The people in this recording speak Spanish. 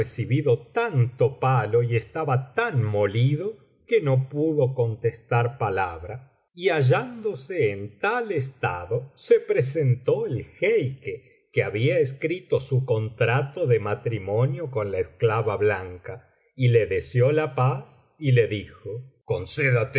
recibido tanto palo y estaba tan molido que no pudo contestar palabra y hallándose en tal estado se presentó el jeique que había escrito su contrato de matrimonio con la esclava blanca y le deseó la paz y le dijo concédate